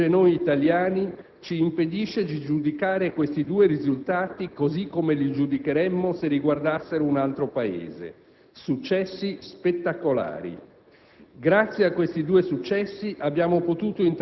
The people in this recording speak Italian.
Solo la poca stima di sé che affligge noi italiani ci impedisce di giudicare questi due risultati così come li giudicheremmo se riguardassero un altro Paese: successi spettacolari.